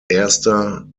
erster